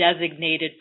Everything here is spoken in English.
designated